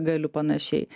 galiu panašiai